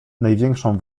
największą